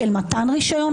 של מתן רישיון,